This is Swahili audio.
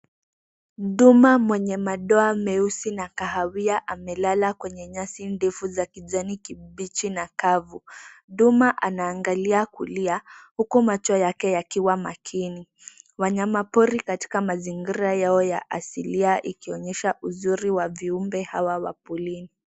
Duma mwenye madoa meusi na kahawia amelala kwenye nyasi ndefu za kijani kibichi na kavu. Duma anaangalia kulia huku macho yake yakiwa makini. Wanyamapori katika mazingira yao ya asili ikionyesha uzuri wa viumbe hawa wa porini.